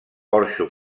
porxo